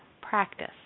practice